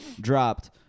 dropped